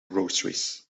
groceries